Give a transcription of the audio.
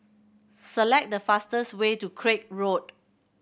select the fastest way to Craig Road